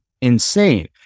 insane